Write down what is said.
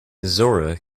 zora